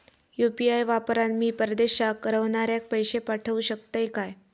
UPI वापरान मी परदेशाक रव्हनाऱ्याक पैशे पाठवु शकतय काय?